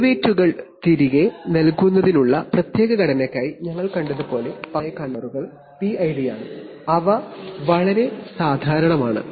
ഡെറിവേറ്റീവുകൾ തിരികെ നൽകുന്നതിനുള്ള പ്രത്യേക ഘടനയ്ക്കായി ഞങ്ങൾ കണ്ടതുപോലെ പക്ഷേ സാധാരണയായി കൺട്രോളറുകൾ പിഐഡിയാണ് അവ വളരെ സാധാരണമാണ്